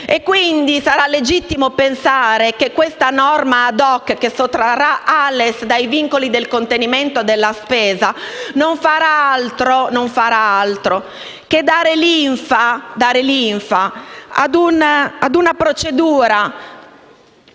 È quindi legittimo pensare che questa norma *ad hoc*, che sottrarrà Ales ai vincoli di contenimento della spesa, non farà altro che dare linfa ad una procedura